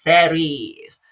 Series